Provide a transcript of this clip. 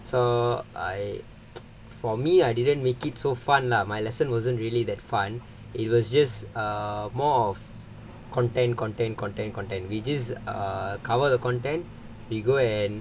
so I for me I didn't make it so fun lah my lesson wasn't really that fun it was just err more of content content content content which is err cover the content we go and